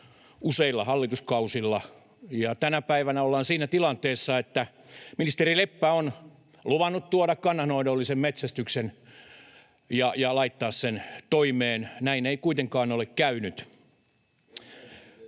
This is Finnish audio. useilla hallituskausilla, ja tänä päivänä ollaan siinä tilanteessa, että ministeri Leppä on luvannut tuoda kannanhoidollisen metsästyksen ja laittaa sen toimeen. Näin ei kuitenkaan ole käynyt.